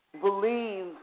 believe